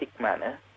manner